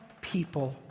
people